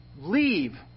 Leave